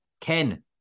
Ken